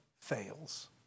fails